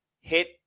hit